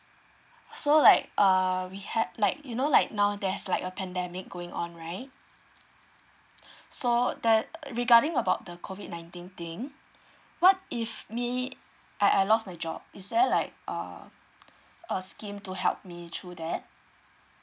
so like uh we had like you know like now there's like a pandemic going on right so that regarding about the COVID nineteen thing what if me I I lost my job is there like uh a scheme to help me through that